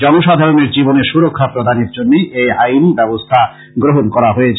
জনসাধারণের জীবনের সুরক্ষা প্রদানের জন্য এই আইনী ব্যবস্থা গ্রহণ করা হয়েছে